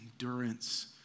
endurance